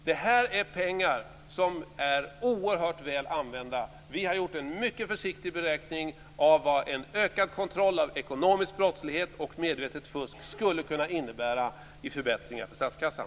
Det här är pengar som är oerhört väl använda. Vi har gjort en mycket försiktig beräkning av vad en ökad kontroll av ekonomisk brottslighet och medvetet fusk skulle kunna innebära i förbättringar för statskassan.